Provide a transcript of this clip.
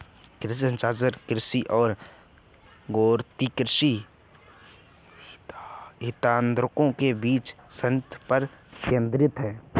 कृषि संचार, कृषि और गैरकृषि हितधारकों के बीच संचार पर केंद्रित है